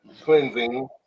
cleansing